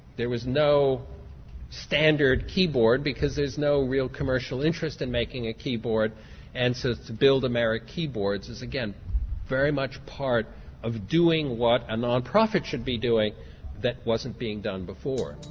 there was no standard keyboard because there's no real commercial interest in making a keyboard and so to build amharic keyboards is again very much part of doing what a non-profit should be doing that wasn't being done before.